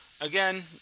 again